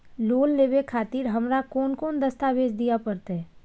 Loan लेवे खातिर हमरा कोन कौन दस्तावेज दिय परतै?